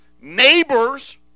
Neighbors